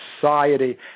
society